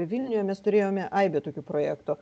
vilniuje mes turėjome aibę tokių projektų